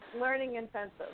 learning-intensive